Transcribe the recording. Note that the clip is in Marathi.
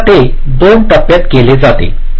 तर ते 2 टप्प्यात केले जाते